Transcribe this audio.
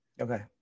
okay